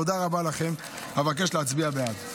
תודה רבה לכם, אבקש להצביע בעד.